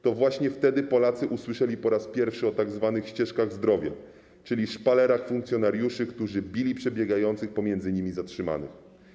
To właśnie wtedy Polacy usłyszeli po raz pierwszy o tzw. ścieżkach zdrowia, czyli szpalerach funkcjonariuszy, którzy bili przebiegających pomiędzy nimi zatrzymanych.